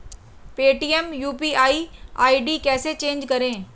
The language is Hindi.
पेटीएम यू.पी.आई आई.डी कैसे चेंज करें?